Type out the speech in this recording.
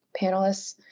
panelists